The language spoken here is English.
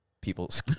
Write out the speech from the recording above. people's